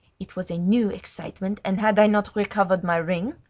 it was a new excitement, and had i not recovered my ring?